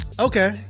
Okay